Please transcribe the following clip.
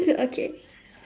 okay